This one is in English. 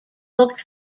looked